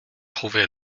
prouvé